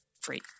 free